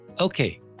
Okay